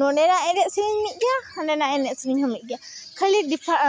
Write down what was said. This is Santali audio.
ᱱᱚᱸᱰᱮᱱᱟᱜ ᱮᱱᱮᱡᱼᱥᱮᱨᱮᱧ ᱢᱤᱫ ᱜᱮᱭᱟ ᱦᱟᱸᱰᱮᱱᱟᱜ ᱮᱱᱮᱡᱼᱥᱮᱨᱮᱧ ᱦᱚᱸ ᱢᱤᱫᱜᱮᱭᱟ ᱠᱷᱟᱹᱞᱤ